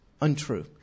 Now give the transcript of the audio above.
untrue